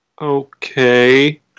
Okay